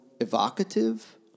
evocative